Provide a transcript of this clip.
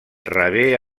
rebé